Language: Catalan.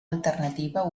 alternativa